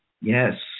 Yes